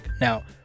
now